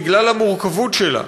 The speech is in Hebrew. בגלל המורכבות שלה,